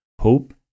hope